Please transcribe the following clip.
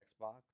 Xbox